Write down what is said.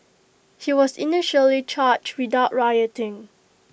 he was initially charged without rioting